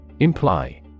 Imply